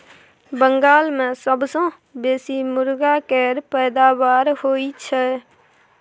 बंगाल मे सबसँ बेसी मुरगा केर पैदाबार होई छै